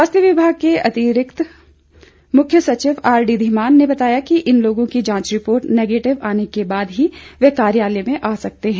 स्वास्थ्य विभाग के अतिरिक्त मुख्य सचिव आर डी धीमान ने बताया कि इन लोगों की जांच रिपोर्ट नेगेटिव आने के बाद ही वह कार्यालय आ सकते हैं